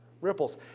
ripples